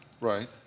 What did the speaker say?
Right